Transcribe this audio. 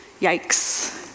Yikes